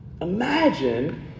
Imagine